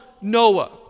Noah